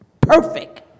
perfect